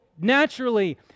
naturally